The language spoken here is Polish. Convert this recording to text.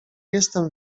jestem